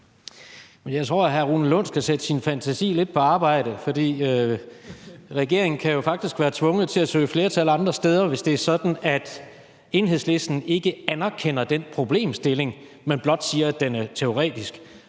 Jeg tror, at hr. Rune Lund skal sætte sin fantasi lidt på arbejde, for regeringen kan jo faktisk være tvunget til at søge flertal andre steder, hvis det er sådan, at Enhedslisten ikke anerkender den problemstilling, men blot siger, at den er teoretisk,